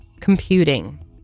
Computing